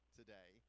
today